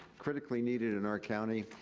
critically needed in our county.